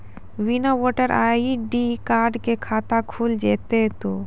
बिना voter ID card के खाता खुल जैते तो?